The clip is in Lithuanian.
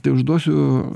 tai užduosiu